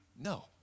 No